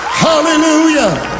hallelujah